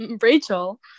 Rachel